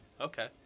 Okay